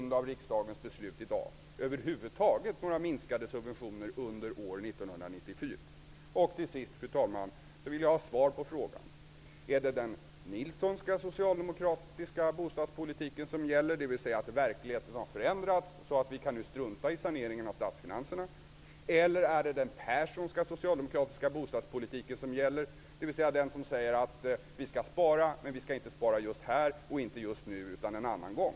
De kommer över huvud taget inte att få minskade subventioner under år Till sist, fru talman, vill jag ha svar på frågan om det är den Nilssonska socialdemokratiska bostadspolitiken -- dvs. den som säger att verkligheten har förändrats så, att vi kan strunta i saneringen av statsfinanserna -- eller den Perssonska socialdemokratiska bostadspolitiken som gäller -- dvs. den som säger att vi skall spara men inte just här och nu utan en annan gång?